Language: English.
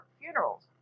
funerals